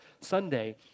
Sunday